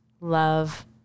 love